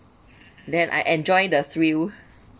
then I enjoy the thrill